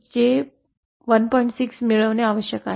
6 मिळवणे आवश्यक आहे